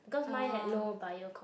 because mine had no bio com~